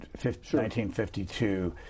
1952